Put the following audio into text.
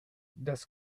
das